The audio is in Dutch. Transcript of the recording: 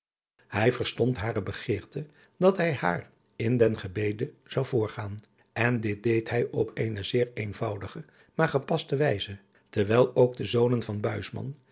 hij verstond hare begeerte dat hij haar in den gebede zou voorgaan en dit deed hij op eene zeer eenvoudige maar gepaste wijze terwijl ook de zonen van